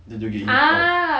dia joget hip hop